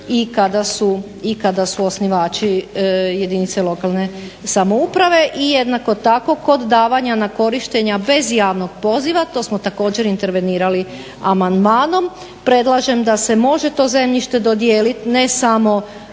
i kada su osnivači jedinice lokalne samouprave. I jednako tako kod davanja na korištenje bez javnog poziva, to smo također intervenirali amandmanom, predlažem da se može to zemljište dodijelit ne samo